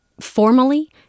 formally